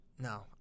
No